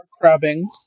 crabbing